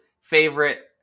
favorite